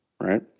right